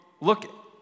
look